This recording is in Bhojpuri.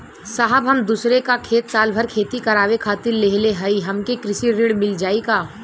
साहब हम दूसरे क खेत साल भर खेती करावे खातिर लेहले हई हमके कृषि ऋण मिल जाई का?